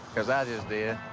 cause i just did.